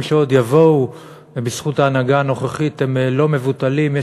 שעוד יבואו בזכות ההנהגה הנוכחית הם לא מבוטלים.